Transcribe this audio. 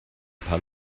paar